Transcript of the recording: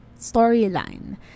storyline